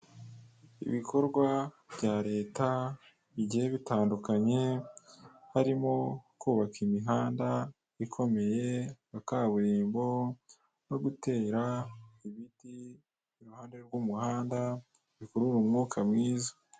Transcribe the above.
Ibikorwa bya Leta bigiye bitandukanye, harimo kubaka imihanda ikomeye nka kaburimbo, no gutera ibiti iruhande rw'umuhanda bikurura umwuka mwiza.